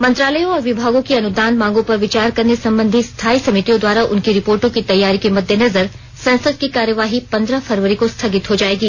मंत्रालयों और विभागों की अनुदान मांगों पर विचार करने संबंधी स्थायी समितियों द्वारा उनकी रिर्पोटों की तैयारी के मद्देनजर संसद की कार्यवाही पन्द्रह फरवरी को स्थगित हो जायेगी